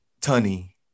tunny